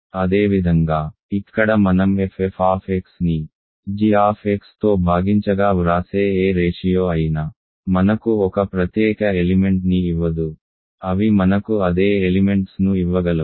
అదేవిధంగా ఇక్కడ మనం ffని gతో భాగించగా వ్రాసే ఏ రేషియో అయినా మనకు ఒక ప్రత్యేక ఎలిమెంట్ ని ఇవ్వదు అవి మనకు అదే ఎలిమెంట్స్ ను ఇవ్వగలవు